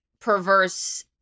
perverse